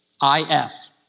I-F